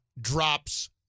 drops